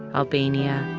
albania,